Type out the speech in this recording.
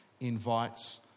invites